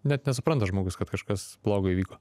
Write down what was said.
net nesupranta žmogus kad kažkas blogo įvyko